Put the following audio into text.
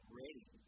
ready